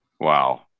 Wow